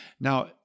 Now